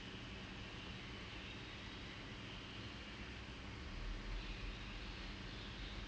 it's not like last year when you guys got like a shit ton of information regarding wings right at the go right